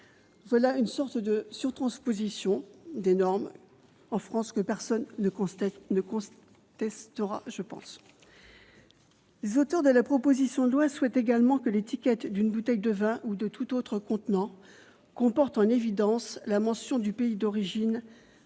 Voilà une sorte de « sur-transposition » des normes européennes en France que personne ne devrait contester ! Les auteurs de la proposition de loi souhaitent également que l'étiquette d'une bouteille de vin ou de tout autre contenant comporte en évidence la mention du pays d'origine